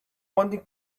wanting